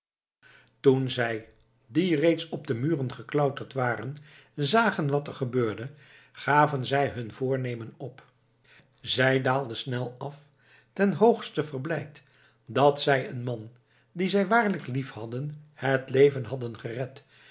toen zij die reeds op de muren geklauterd waren zagen wat er gebeurde gaven zij hun voornemen op zij daalden snel af ten hoogste verblijd dat zij een man dien zij waarlijk lief hadden het leven hadden gered